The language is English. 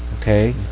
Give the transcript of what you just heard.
okay